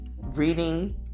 reading